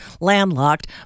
landlocked